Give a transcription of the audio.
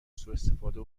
سواستفاده